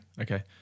Okay